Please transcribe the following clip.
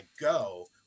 go